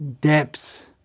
depth